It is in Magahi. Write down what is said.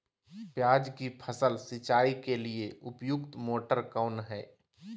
प्याज की फसल सिंचाई के लिए उपयुक्त मोटर कौन है?